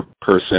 person